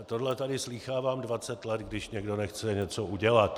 Tohle tady slýchávám dvacet let, když někdo nechce něco udělat.